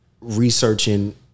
researching